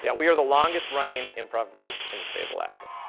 yeah we are the longest-running improv group in the state of alaska.